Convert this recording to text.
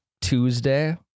tuesday